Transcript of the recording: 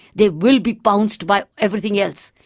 they will be pounced by everything else.